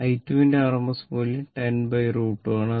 i2 ന്റെ rms മൂല്യം 10 √ 2 ആണ്